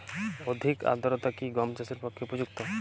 অধিক আর্দ্রতা কি গম চাষের পক্ষে উপযুক্ত?